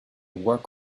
work